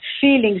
feelings